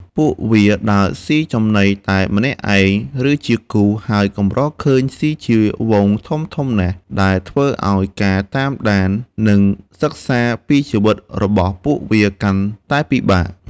ពួកវាដើរស៊ីចំណីតែម្នាក់ឯង ឬជាគូ ហើយកម្រឃើញស៊ីជាហ្វូងធំៗណាស់ ដែលធ្វើឲ្យការតាមដាន និងសិក្សាពីជីវិតរបស់ពួកវាកាន់តែពិបាក។